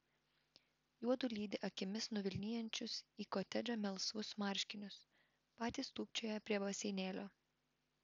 juodu lydi akimis nuvilnijančius į kotedžą melsvus marškinius patys tūpčioja prie baseinėlio